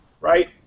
Right